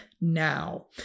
now